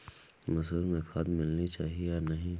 मसूर में खाद मिलनी चाहिए या नहीं?